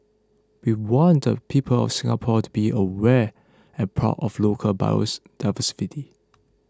we want the people of Singapore to be aware and proud of local bios diversity